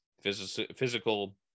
physical